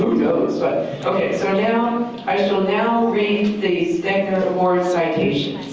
knows but. okay, so now, i shall now read the stegner award citation